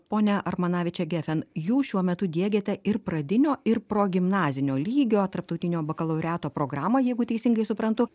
ponia armanaviče gefen jūs šiuo metu diegiate ir pradinio ir progimnazinio lygio tarptautinio bakalaureato programą jeigu teisingai suprantu